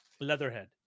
Leatherhead